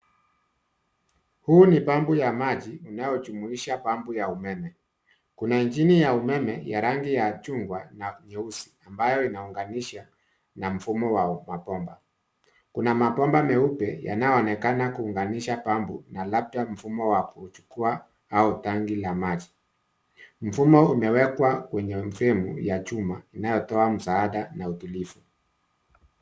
Huu ni pampu ya maji unaojumuisha pampu ya umeme. Kuna injini ya umeme ya rangi ya chungwa na nyeusi ambayo inaunganishwa na mfumo wa mabomba. Kuna mabomba meupe yanayoonekana kuunganisha pambo, na labda mfumo wa kuuchukua au tanki la maji. Mfumo umewekwa kwenye fremu ya chuma inayotoa msaada na utulivu.